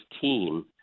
team